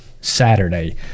saturday